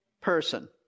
person